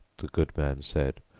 the good man said,